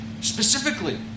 Specifically